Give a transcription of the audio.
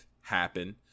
happen